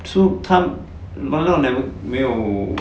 so 他 mother 没有